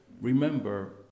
Remember